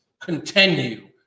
Continue